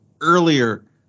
earlier